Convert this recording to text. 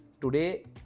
today